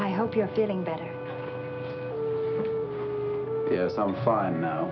i hope you're feeling better yes i'm fine now